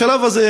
בשלב הזה,